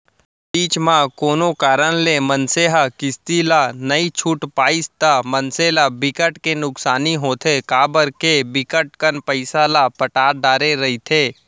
बीच म कोनो कारन ले मनसे ह किस्ती ला नइ छूट पाइस ता मनसे ल बिकट के नुकसानी होथे काबर के बिकट कन पइसा ल पटा डरे रहिथे